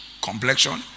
Complexion